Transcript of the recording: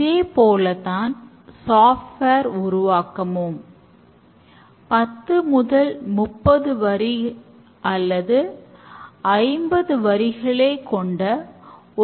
இதில் coding இரு புரோகிராமர்களால் ஒரே மேஜையில் எழுதப்படும்